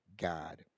God